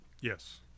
Yes